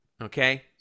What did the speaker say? Okay